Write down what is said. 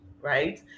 right